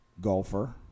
golfer